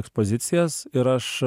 ekspozicijas ir aš